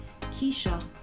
Keisha